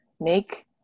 make